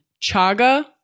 Chaga